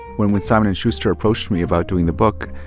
when when simon and schuster approached me about doing the book,